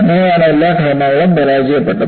അങ്ങനെയാണ് എല്ലാ ഘടനകളും പരാജയപ്പെട്ടത്